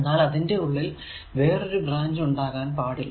എന്നാൽ അതിന്റെ ഉള്ളിൽ വേറൊരു ബ്രാഞ്ച് ഉണ്ടാകാൻ പാടില്ല